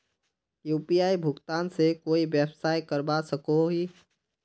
UPI भुगतान से कोई व्यवसाय करवा सकोहो ही?